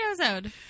episode